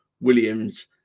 Williams